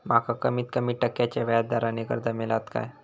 माका कमीत कमी टक्क्याच्या व्याज दरान कर्ज मेलात काय?